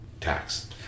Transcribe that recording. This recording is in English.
tax